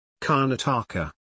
Karnataka